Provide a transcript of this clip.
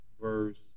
verse